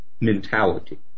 mentality